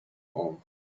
all